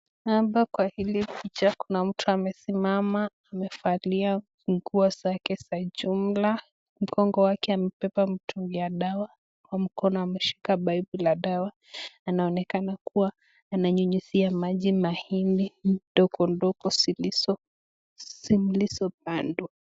Hapa kwa hili picha kuna mtu amesimama amevalia nguo zake za jumla. Mgongo wake amebeba mtungi ya dawa, kwa mkono ameshika paipu la dawa. Anaonekana kuwa ananyunyizia maji mahindi ndogo ndogo zilizopandwa.